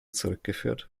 zurückgeführt